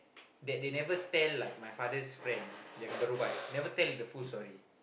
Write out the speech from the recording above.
that they never tell like my father's friend yang berubat never tell the whole story